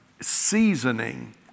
seasoning